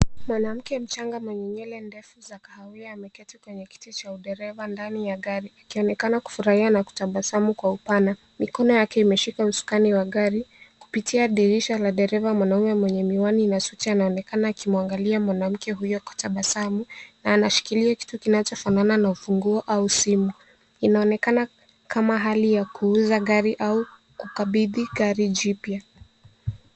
Mwanamke mchanga mwenye nywele ndefu za kahawia ameketi kwenye kiti cha udereva ndani ya gari akionekana kufurahia na kutabasamu kwa upana. Mikono yake imeshika usukani wa gari. Kupitia dirisha la dereva, mwanaume mwenye miwani na suti anaonekana akimwangalia mwanamke huyo kwa tabasamu na anashikilia kitu kinachofanana na ufunguo au simu. Inaonekana kama hali ya kuuza gari au kukabidhi gari jipya.